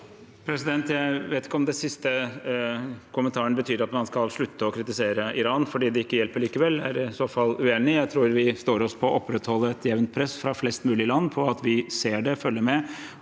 Jeg vet ikke om den siste kommentaren betyr at man skal slutte å kritisere Iran fordi det ikke hjelper likevel. Det er jeg i så fall uenig i. Jeg tror vi står oss på å opprettholde et jevnt press fra flest mulig land, på at vi ser det og følger med.